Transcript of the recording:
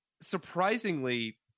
surprisingly